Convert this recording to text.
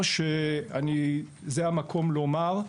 וזה המקום לומר,